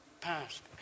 passed